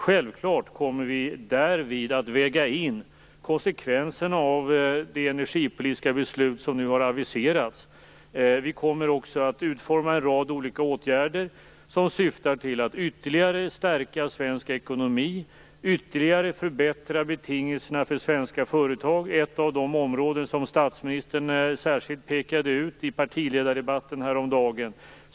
Självklart kommer vi därvid att väga in konsekvenserna av det energipolitiska beslut som nu aviserats. Vi kommer också att utforma en rad olika åtgärder som syftar till att ytterligare stärka svensk ekonomi, förbättra betingelserna för svenska företag, ett av de områden som statsministern särskilt pekade ut i partiledardebatten häromdagen.